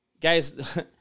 Guys